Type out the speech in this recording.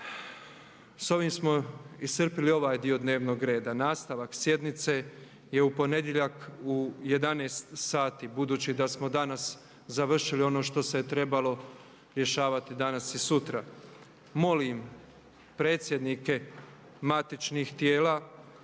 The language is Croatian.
Sa ovim smo iscrpili ovaj dio dnevnog reda. Nastavak sjednice je u ponedjeljak u 11,00 sati budući da smo danas završili ono što se je trebalo rješavati danas i sutra. Molim predsjednike matičnih tijela